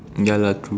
ya lah true